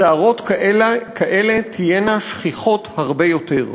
סערות כאלה תהיינה שכיחות הרבה יותר.